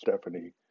Stephanie